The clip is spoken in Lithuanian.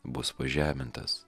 bus pažemintas